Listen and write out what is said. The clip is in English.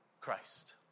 Christ